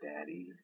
Daddy